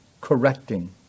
correcting